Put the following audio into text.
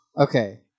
Okay